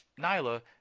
Nyla